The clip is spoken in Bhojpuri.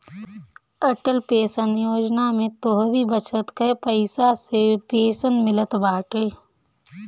अटल पेंशन योजना में तोहरी बचत कअ पईसा से पेंशन मिलत बाटे